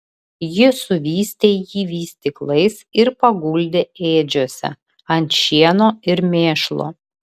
ji suvystė jį vystyklais ir paguldė ėdžiose ant šieno ir mėšlo